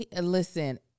Listen